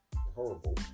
horrible